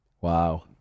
wow